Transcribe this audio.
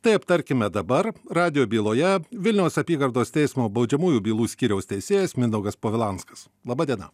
tai aptarkime dabar radijo byloje vilniaus apygardos teismo baudžiamųjų bylų skyriaus teisėjas mindaugas povilanskas laba diena